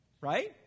Right